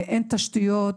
אין תשתיות,